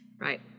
Right